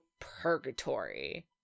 purgatory